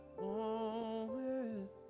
moment